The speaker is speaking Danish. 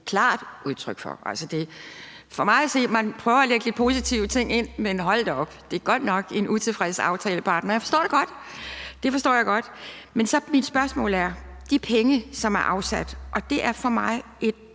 klart udtryk for. For mig at se prøver man at lægge lidt positive ting ind, men hold da op, det er godt nok en utilfreds aftalepartner. Og jeg forstår det godt. Jeg forstår det godt, men mit spørgsmål er om de penge, der er afsat. Det er for mig et